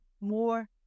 more